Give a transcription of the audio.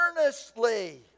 earnestly